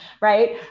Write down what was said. right